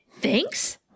Thanks